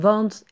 Want